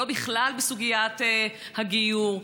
ולא בכלל בסוגיית הגיור.